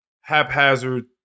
haphazard